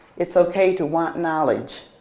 it's okay to want knowledge.